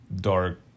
dark